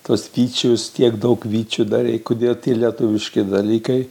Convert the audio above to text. tuos vyčius tiek daug vyčių darei kodėl tie lietuviški dalykai